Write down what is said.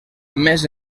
més